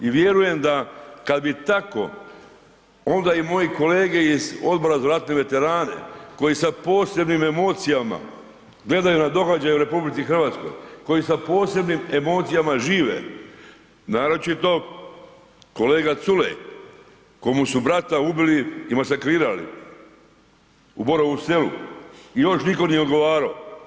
I vjerujem kada bi tako onda i moje kolege iz Odbora za ratne veterane koji sa posebnim emocijama gledaju na događaje u RH, koji sa posebnim emocijama žive, naročito kolega Culej komu su brata ubili i masakrirali u Borovu Selu i još nitko nije odgovarao.